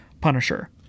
Punisher